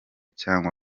cyangwa